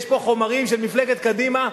יש פה חומרים של מפלגת קדימה,